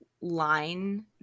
line